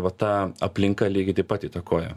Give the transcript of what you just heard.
va ta aplinka lygiai taip pat įtakoja